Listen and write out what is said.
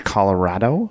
Colorado